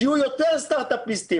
שיהיו יותר סטרט-אפיסטים,